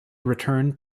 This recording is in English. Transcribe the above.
returned